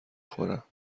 خورم